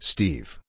Steve